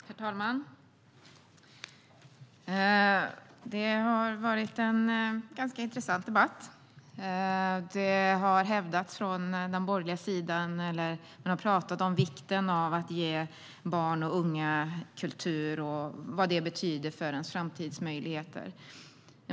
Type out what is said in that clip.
Herr talman! Det har varit en ganska intressant debatt. De borgerliga har talat om vikten av att ge barn och unga tillgång till kultur och vad det betyder för deras framtidsmöjligheter.